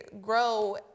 grow